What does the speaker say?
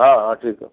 हा हा ठीकु आहे